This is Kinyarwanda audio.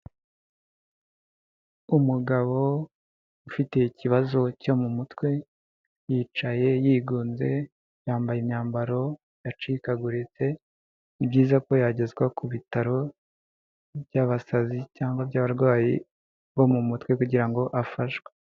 Umugabo ufite ikibazo cyo mu mutwe, yicaye yigunze yambaye imyambaro yacikaguritse, ni ibyiza ko yagezwa ku bitaro by'abasazi cyangwa by'abarwayi bo mu mutwe kugira ngo afashwe.